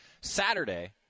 Saturday –